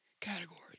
category